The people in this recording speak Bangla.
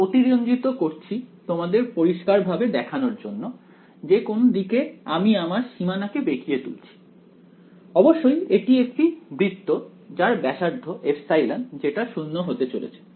আমি অতিরঞ্জিত করছি তোমাদের পরিষ্কারভাবে দেখানোর জন্য যে কোন দিকে আমি আমার সীমানাকে বেঁকিয়ে তুলছি অবশ্যই এটি একটি বৃত্ত যার ব্যাসার্ধ ε যেটা 0 হতে চলেছে